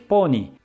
Pony